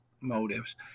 motives